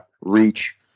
reach